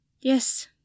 yes